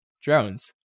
drones